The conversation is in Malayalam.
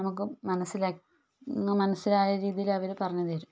നമുക്കും മനസ്സിലാക്കി മനസിലായ രീതിയിൽ അവർ പറഞ്ഞു തരും